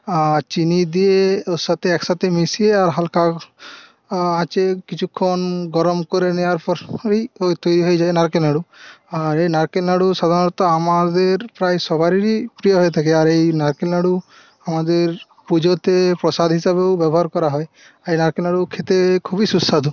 চিনি দিয়ে ওর সাথে একসাথে মিশিয়ে হালকা আঁচে কিছুক্ষণ গরম করে নেওয়ার পর ওই ওই তো হয়ে যায় নারকেল নাড়ু আর এই নারকেল নাড়ু সাধারণত আমাদের প্রায় সবারিরই প্রিয় হয়ে থাকে আর এই নারকেল নাড়ু আমাদের পুজোতে প্রসাদ হিসাবেও ব্যবহার করা হয় আর এই নারকেল নাড়ু খেতে খুবই সুস্বাদু